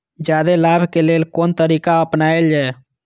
जादे लाभ के लेल कोन तरीका अपनायल जाय?